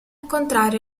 contrario